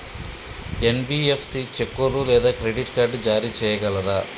NBFC చెక్కులు లేదా credit card జారీ చేయగలదా?